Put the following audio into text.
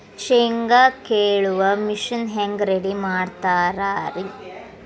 ಶೇಂಗಾ ಕೇಳುವ ಮಿಷನ್ ಹೆಂಗ್ ರೆಡಿ ಮಾಡತಾರ ರಿ?